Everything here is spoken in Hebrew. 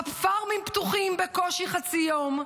הפארמים פתוחים בקושי חצי יום,